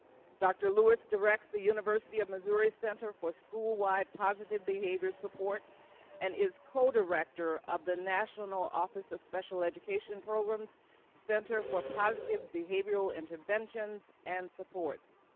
dr. lewis directs the university of missouri center for schoolwide positive behavior support and is co-director of the national office of special education programs' center for positive behavioral interventions and supports.